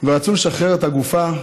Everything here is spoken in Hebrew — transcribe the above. ורצו לשחרר את הגופה,